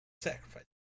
sacrifice